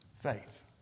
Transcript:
Faith